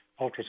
ultrasound